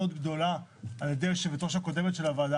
גדולה מאוד על ידי יושבת-הראש הקודמת של הוועדה,